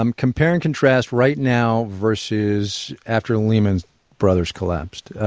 um compare and contrast right now versus after lehman brothers collapsed.